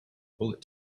bullet